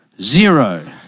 Zero